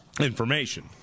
information